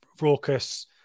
raucous